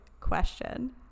question